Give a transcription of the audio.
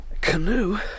Canoe